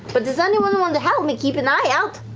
but does anyone want to help me keep an eye out?